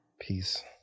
Peace